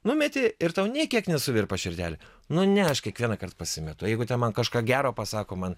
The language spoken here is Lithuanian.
numeti ir tau nė kiek nesuvirpa širdelė nu ne aš kiekvienąkart pasimetu jeigu ten man kažką gero pasako man